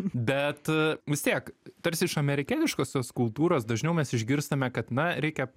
bet vis tiek tarsi iš amerikietiškosios kultūros dažniau mes išgirstame kad na reikia